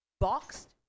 boxed